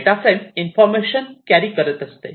data frame information carry करत असते